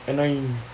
annoying